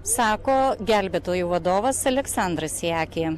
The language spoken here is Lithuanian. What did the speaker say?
sako gelbėtojų vadovas aleksandras jakė